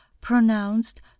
pronounced